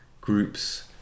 groups